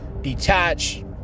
detach